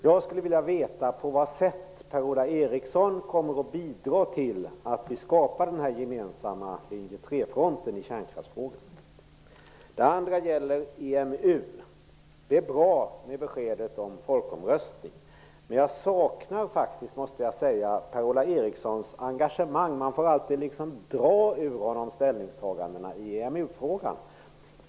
Jag skulle vilja veta på vad sätt Per-Ola Eriksson kommer att bidra till att skapa denna gemensamma linje-trefront i kärnkraftsfrågan. Det andra gäller EMU. Det är bra med beskedet om folkomröstning. Men jag saknar faktiskt, måste jag säga, Per-Ola Erikssons engagemang. Man får alltid dra ur honom ställningstagandena i EMU frågan.